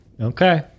okay